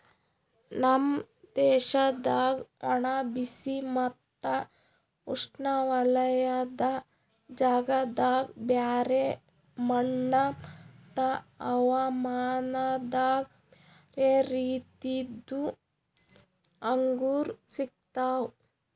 ನಮ್ ದೇಶದಾಗ್ ಒಣ, ಬಿಸಿ ಮತ್ತ ಉಷ್ಣವಲಯದ ಜಾಗದಾಗ್ ಬ್ಯಾರೆ ಮಣ್ಣ ಮತ್ತ ಹವಾಮಾನದಾಗ್ ಬ್ಯಾರೆ ರೀತಿದು ಅಂಗೂರ್ ಸಿಗ್ತವ್